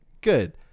good